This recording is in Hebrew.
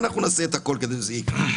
ואנחנו נעשה את הכול כדי שזה יקרה.